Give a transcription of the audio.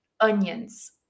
onions